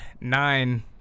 nine